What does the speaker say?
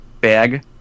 bag